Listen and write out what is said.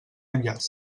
enllaç